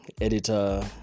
editor